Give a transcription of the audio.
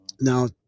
now